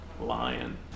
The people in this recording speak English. lion